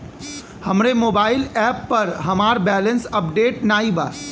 हमरे mobile app पर हमार बैलैंस अपडेट नाई बा